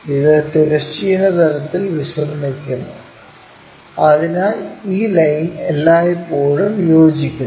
ഇത് തിരശ്ചീന തലത്തിൽ വിശ്രമിക്കുന്നു അതിനാൽ ഈ ലൈൻ എല്ലായ്പ്പോഴും യോജിക്കുന്നു